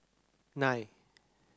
nine